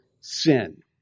sin